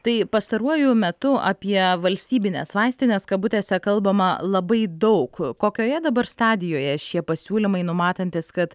tai pastaruoju metu apie valstybines vaistines kabutėse kalbama labai daug kokioje dabar stadijoje šie pasiūlymai numatantys kad